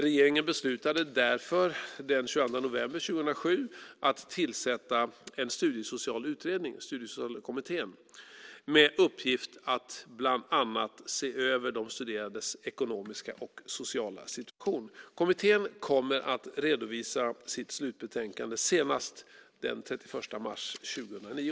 Regeringen beslutade därför den 22 november 2007 att tillsätta en studiesocial utredning med uppgift att bland annat se över de studerandes ekonomiska och sociala situation. Kommittén kommer att redovisa sitt slutbetänkande senast den 31 mars 2009.